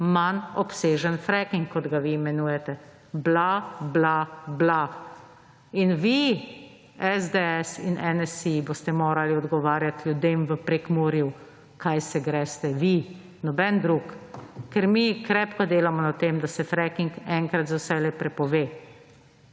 manj obsežen fracking kot ga vi imenujete. Bla, bla, bla. In vi, SDS in NSi boste morali odgovarjati ljudem v Prekmurju kaj se greste. Vi, noben drug. Ker mi krepko delamo na tem, da se fracking enkrat za vselej prepove.